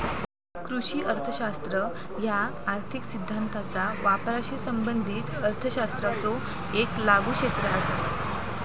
कृषी अर्थशास्त्र ह्या आर्थिक सिद्धांताचा वापराशी संबंधित अर्थशास्त्राचो येक लागू क्षेत्र असा